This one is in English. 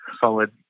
solid